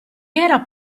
era